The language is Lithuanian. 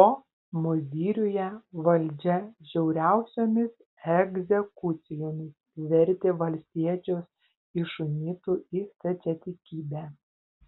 o mozyriuje valdžia žiauriausiomis egzekucijomis vertė valstiečius iš unitų į stačiatikybę